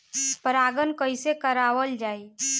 परागण कइसे करावल जाई?